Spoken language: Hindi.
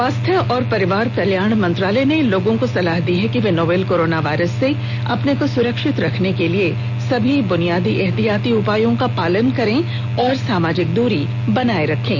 स्वास्थ्य और परिवार कल्याण मंत्रालय ने लोगों को सलाह दी है कि वे नोवल कोरोना वायरस से अपने को सुरक्षित रखने के लिए सभी बुनियादी एहतियाती उपायों का पालन करें और सामाजिक दूरी बनाए रखें